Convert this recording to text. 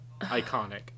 Iconic